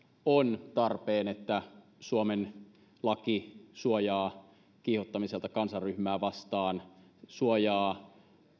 on tarpeen että suomen laki suojaa kiihottamiselta kansanryhmää vastaan suojaa